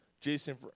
Jason